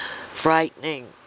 frightening